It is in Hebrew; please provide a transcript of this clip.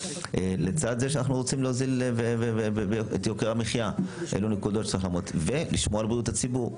לצד זה שאנחנו רוצים להוזיל את יוקר המחיה ולשמור על בריאות הציבור.